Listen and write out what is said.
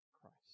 Christ